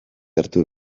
hartu